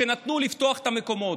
כשנתנו לפתוח את המקומות.